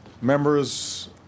members